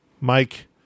Mike